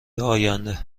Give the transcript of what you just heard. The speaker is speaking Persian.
آینده